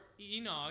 Enoch